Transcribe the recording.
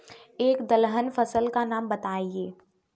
एक दलहन फसल का नाम बताइये